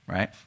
Right